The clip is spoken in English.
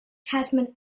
tasman